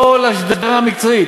כל השדרה המקצועית,